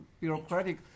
bureaucratic